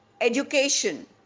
education